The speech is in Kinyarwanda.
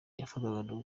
yafatwaga